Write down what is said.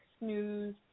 News